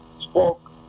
spoke